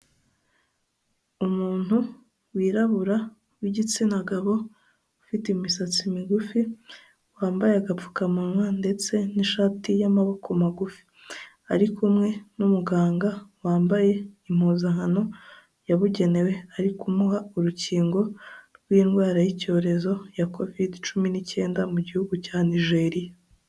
Umuntu wirabura w'igitsina gabo, ufite imisatsi migufi, wambaye agapfukamunwa ndetse n'ishati y'amaboko magufi, ari kumwe n'umuganga wambaye impuzankano yabugenewe, ari kumuha urukingo rw'indwara y'icyorezo ya Kovide cumi niicyenda, mu gihugu cya Nigeria.